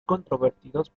controvertidos